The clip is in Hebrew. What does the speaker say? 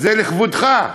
זה לכבודך.